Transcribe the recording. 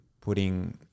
putting